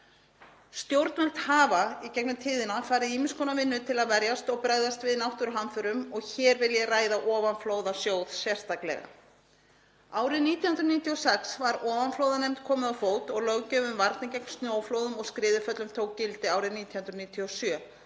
Stjórnvöld hafa í gegnum tíðina farið í ýmiss konar vinnu til að verjast og bregðast við náttúruhamförum og hér vil ég ræða ofanflóðasjóð sérstaklega. Árið 1996 var ofanflóðanefnd komið á fót og löggjöf um varnir gegn snjóflóðum og skriðuföllum tók gildi árið 1997